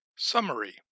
Summary